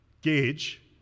gauge